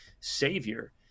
savior